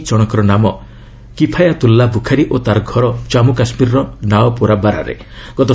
police କହିଛି ଜଣକର ନାମ କିଫାୟାତୁଲ୍ଲା ବୁଖାରୀ ଓ ତା'ର ଘର ଜନ୍ମୁ କାଶ୍ମୀରର ନାଓ ପୋରା ବାରାରେ